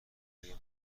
کوچلوی